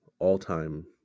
all-time